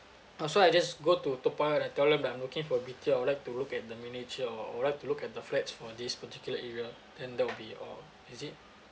ah so I just go to toa payoh and I tell them that I'm looking for B_T_O I'd like to look at the miniature or or like to look at the flats for this particular area then that will be all is it